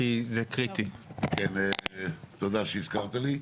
תודה שהזכרת לי.